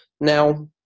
Now